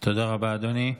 תודה רבה, אדוני.